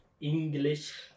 English